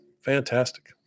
fantastic